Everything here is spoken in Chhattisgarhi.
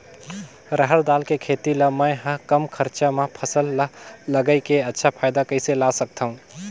रहर दाल के खेती ला मै ह कम खरचा मा फसल ला लगई के अच्छा फायदा कइसे ला सकथव?